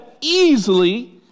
easily